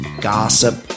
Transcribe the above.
Gossip